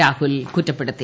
രാഹുൽ കുറ്റപ്പെടുത്തി